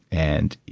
and,